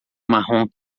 marrom